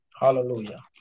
Hallelujah